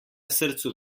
srcu